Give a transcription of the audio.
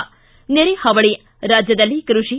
ಿಸಿ ನೆರೆ ಪಾವಳಿ ರಾಜ್ಯದಲ್ಲಿ ಕೃಷಿ